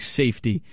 safety